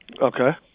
Okay